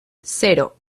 cero